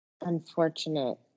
unfortunate